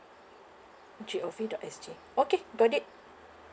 G O V dot S G okay got it